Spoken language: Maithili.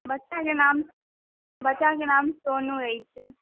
बच्चाके नाम बच्चाके नाम सोनू अछि